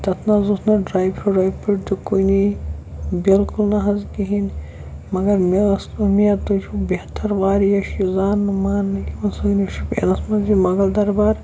تَتھ نہ حظ اوس نہٕ ڈرٛاے فِرٛوٗٹ واے فِرٛوٗٹ کُنی بالکل نہ حظ کِہیٖنۍ مگر مےٚ ٲس امید تُہۍ چھو بہتر واریاہ چھِ یہِ زاننہٕ ماننہٕ یِوان سٲنِس شُپیَنَس منٛز یہِ مۄغل دربار